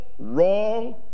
Wrong